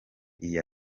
iya